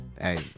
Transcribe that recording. Hey